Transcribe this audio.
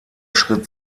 schritt